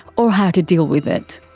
or how to deal with it.